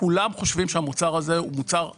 כולם חושבים שהמוצר הזה הוא מוצר נחות.